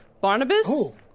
Barnabas